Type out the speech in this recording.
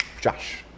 Josh